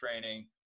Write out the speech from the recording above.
training